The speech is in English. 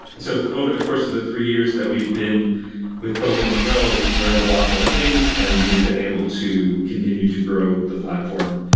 so, over the course of the three years that we've been with pokemon go, we've learned a lot more things and we've been able to continue to grow the platform,